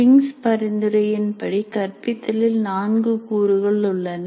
pings பரிந்துரையின்படி கற்பித்தலில் நான்கு கூறுகள் உள்ளன